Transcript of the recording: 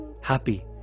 happy